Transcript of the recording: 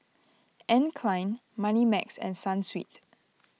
Anne Klein Moneymax and Sunsweet